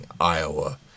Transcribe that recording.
Iowa